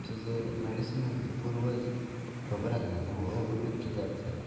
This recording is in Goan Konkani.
आमचें जे मेडिसिनल जे पुर्वज खबर आसले तें हळू हळू लुप्त जायत चल्लां